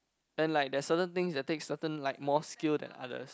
and like there're certain things that take certain like more skill than others